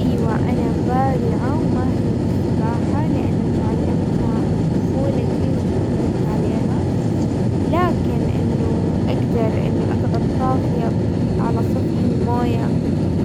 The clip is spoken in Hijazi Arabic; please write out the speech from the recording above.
ايوا انا بارعة وماهرة بالسباحة لانه تعلمتها من طفولتي وتمرنت عليها، لكن انه اقدر انه اقعد طافية على سطح الموية